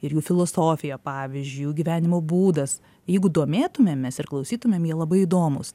ir jų filosofija pavyzdžiui jų gyvenimo būdas jeigu domėtumėmės ir klausytumėm jie labai įdomūs